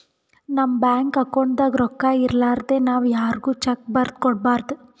ನಮ್ ಬ್ಯಾಂಕ್ ಅಕೌಂಟ್ದಾಗ್ ರೊಕ್ಕಾ ಇರಲಾರ್ದೆ ನಾವ್ ಯಾರ್ಗು ಚೆಕ್ಕ್ ಬರದ್ ಕೊಡ್ಬಾರ್ದು